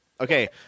Okay